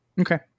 okay